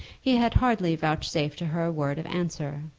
he had hardly vouchsafed to her a word of answer.